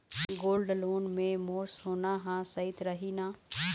Gold loan मे मोर सोना हा सइत रही न?